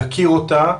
יכיר אותה,